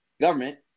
government